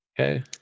Okay